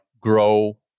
grow